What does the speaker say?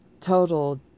total